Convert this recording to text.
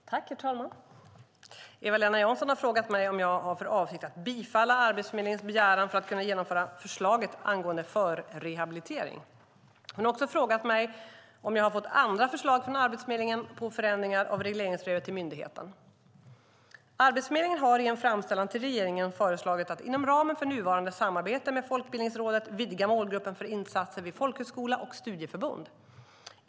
Herr talman! Eva-Lena Jansson har frågat mig om jag har för avsikt att bifalla Arbetsförmedlingens begäran för att kunna genomföra förslaget angående förrehabilitering. Hon har också frågat mig om jag har fått andra förslag från Arbetsförmedlingen på förändringar av regleringsbrevet till myndigheten. Arbetsförmedlingen har i en framställan till regeringen föreslagit att inom ramen för nuvarande samarbete med Folkbildningsrådet vidga målgruppen för insatser vid folkhögskola och studieförbund.